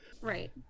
Right